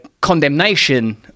condemnation